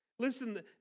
Listen